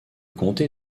comté